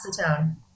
acetone